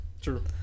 True